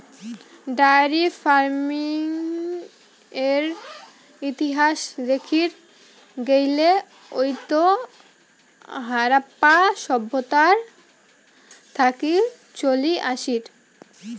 diary ফার্মিংয়ের ইতিহাস দেখির গেইলে ওইতো হারাপ্পা সভ্যতা থাকি চলি আসির